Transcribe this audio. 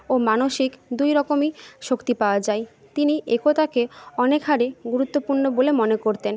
ও মানসিক দুই রকমই শক্তি পাওয়া যায় তিনি একতাকে অনেক হারে গুরুত্বপূর্ণ বলে মনে করতেন